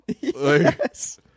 yes